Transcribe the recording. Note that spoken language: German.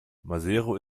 maseru